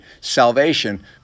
Salvation